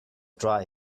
dry